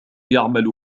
يعمل